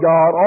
God